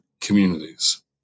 communities